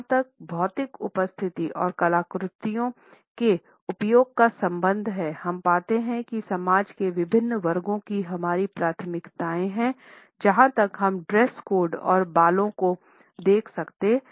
जहाँ तक भौतिक उपस्थिति और कलाकृतियों के उपयोग का संबंध है हम पाते हैं कि समाज के विभिन्न वर्गों की अपनी प्राथमिकताएँ हैं जहाँ तक हम ड्रेस कोड और बालों को देख सकते हैं